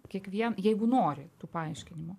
kiekvie jeigu nori tų paaiškinimų